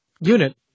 unit